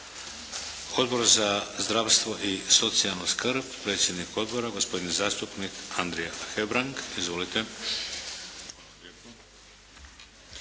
Odbor za zdravstvo i socijalnu skrb, predsjednik Odbora gospodin zastupnik Andrija Hebrang. Izvolite.